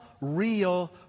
real